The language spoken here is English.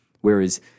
Whereas